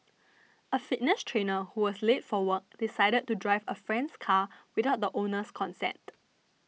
a fitness trainer who was late for work decided to drive a friend's car without the owner's consent